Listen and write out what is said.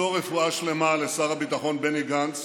בני גנץ,